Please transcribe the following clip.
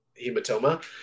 hematoma